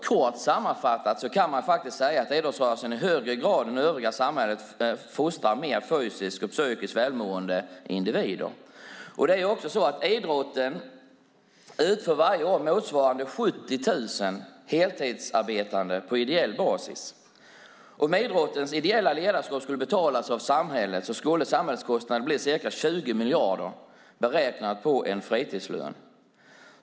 Kort sammanfattat kan man säga att idrottsrörelsen i högre grad än övriga samhället fostrar mer fysiskt och psykiskt välmående individer. Inom idrotten utförs varje år motsvarande 70 000 heltidsarbeten på ideell basis. Om idrottens ideella ledarskap skulle betalas av samhället skulle samhällskostnaden bli ca 20 miljarder, beräknat på en fritidslön.